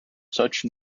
such